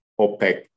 OPEC